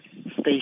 Station